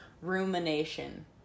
rumination